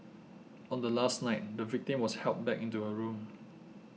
on the last night the victim was helped back into her room